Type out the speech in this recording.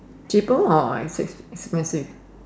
cable or S six is my six